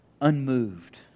unmoved